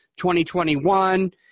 2021